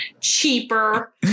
cheaper